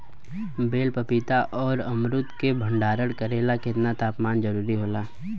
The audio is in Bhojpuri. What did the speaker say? बेल पपीता और अमरुद के भंडारण करेला केतना तापमान जरुरी होला?